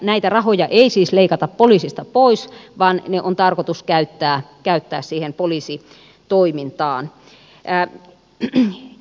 näitä rahoja ei siis leikata poliisista pois vaan ne on tarkoitus käyttää siihen poliisitoimintaan